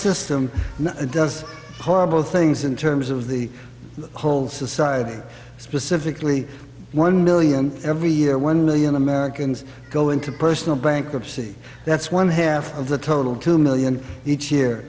does horrible things in terms of the whole society specifically one million every year one million americans go into personal bankruptcy that's one half of the total two million each year